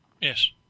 Yes